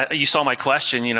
ah you saw my question. you know